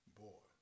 boy